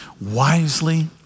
wisely